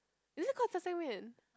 is it called 炸酱面